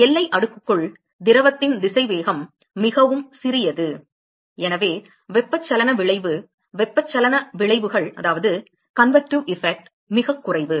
எனவே எல்லை அடுக்குக்குள் திரவத்தின் திசைவேகம் மிகவும் சிறியது எனவே வெப்பச்சலன விளைவு வெப்பச்சலன விளைவுகள் மிகக் குறைவு